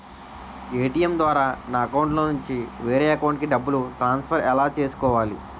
ATM ద్వారా నా అకౌంట్లోనుంచి వేరే అకౌంట్ కి డబ్బులు ట్రాన్సఫర్ ఎలా చేసుకోవాలి?